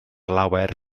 lawer